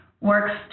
works